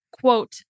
quote